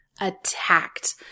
attacked